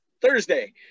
Thursday